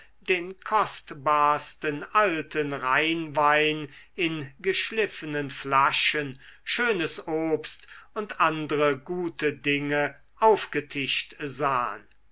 den kostbarsten alten rheinwein in geschliffenen flaschen schönes obst und andre gute dinge aufgetischt sahen